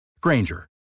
Granger